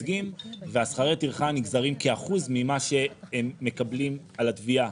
ושכר הטרחה נגזרים כאחוז ממה שהם מקבלים על התביעה.